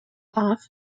off